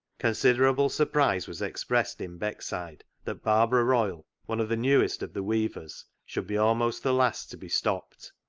considerable surprise was expressed in beckside that barbara royle, one of the newest of the weavers, should be almost the last to be stopped,